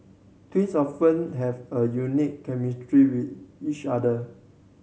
twins often have a unique chemistry with each other